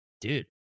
dude